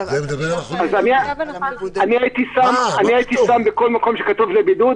אני הייתי שם בכל מקום שכתוב "לבידוד"